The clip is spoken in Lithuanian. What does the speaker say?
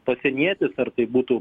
pasienietis ar tai būtų